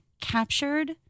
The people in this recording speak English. captured